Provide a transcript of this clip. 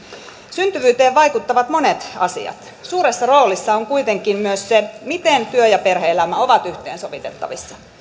syntyvyyteen vaikuttavat monet asiat suuressa roolissa on kuitenkin myös se miten työ ja perhe elämä ovat yhteensovitettavissa